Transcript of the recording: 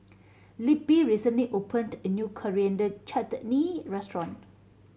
Libby recently opened a new Coriander Chutney restaurant